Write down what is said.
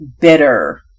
bitter